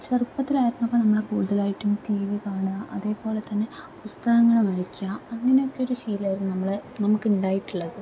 ചെറുപ്പത്തിലായിരുന്നപ്പം നമ്മൾ കൂട്തലായിട്ടും T V കാണുക അതേപോലെ തന്നെ പുസ്തകങ്ങൾ വായിക്കുക അങ്ങനെ ഒക്കൊരു ശീലാമായിരുന്നു നമ്മൾ നമുക്കുണ്ടായിട്ടുള്ളത്